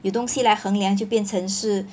有东西来衡量就变成是